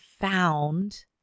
found